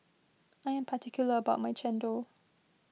I am particular about my Chendol